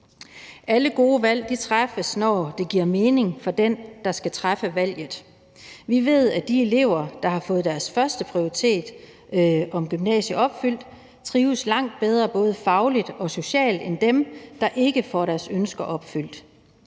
Alle gode valg træffes, når det giver mening for den, der skal træffe valget. Vi ved, at de elever, der har fået deres førsteprioritet om gymnasium opfyldt, trives langt bedre både fagligt og socialt end dem, der ikke får deres ønsker opfyldt.